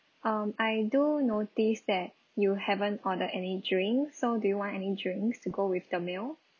um I do notice that you haven't order any drink so do you want any drinks to go with the meal